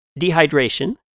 Dehydration